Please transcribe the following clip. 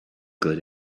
good